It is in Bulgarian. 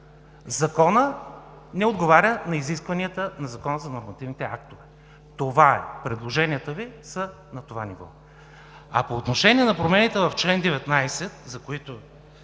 Законът не отговаря на изискванията на Закона за нормативните актове. Това е. Предложенията Ви са на това ниво. По отношение на промените в чл. 19, за които